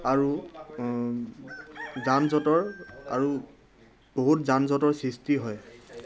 আৰু যানজঁটৰ আৰু বহুত যানজঁটৰ সৃষ্টি হয়